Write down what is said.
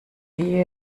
sie